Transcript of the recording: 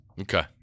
Okay